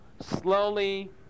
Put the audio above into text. slowly